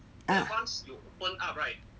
ah